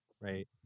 right